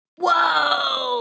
Whoa